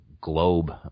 globe